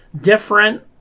different